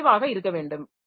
இது குறைவாக இருக்க வேண்டும்